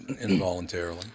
involuntarily